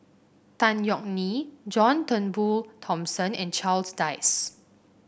Tan Yeok Nee John Turnbull Thomson and Charles Dyce